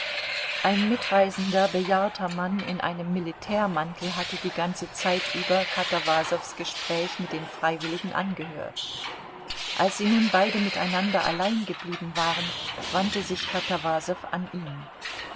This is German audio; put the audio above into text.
ein mitreisender bejahrter mann in einem militärmantel hatte die ganze zeit über katawasows gespräch mit den freiwilligen angehört als sie nun beide miteinander allein geblieben waren wandte sich katawasow an ihn